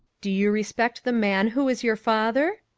do you respect the man who is your father?